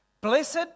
Blessed